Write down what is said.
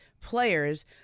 players